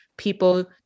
people